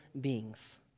beings